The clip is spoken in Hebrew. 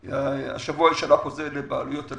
השבוע יישלח חוזר לבעלויות על